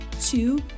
two